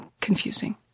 confusing